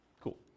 Cool